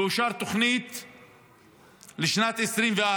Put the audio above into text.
ואושרה תוכנית לשנת 2024,